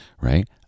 Right